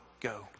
go